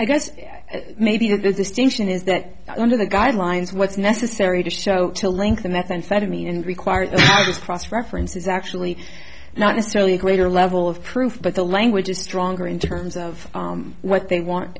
i guess maybe the distinction is that under the guidelines what's necessary to show to link the methamphetamine and required cross reference is actually not necessarily a greater level of proof but the language is stronger in terms of what they want